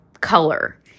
color